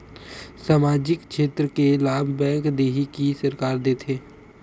सामाजिक क्षेत्र के लाभ बैंक देही कि सरकार देथे?